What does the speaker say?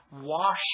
Wash